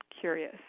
curious